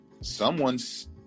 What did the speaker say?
someone's